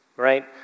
right